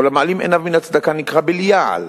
כל המעלים עיניו מן הצדקה נקרא בליעל,